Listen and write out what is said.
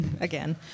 again